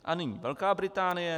A nyní Velká Británie.